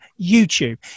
YouTube